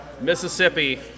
Mississippi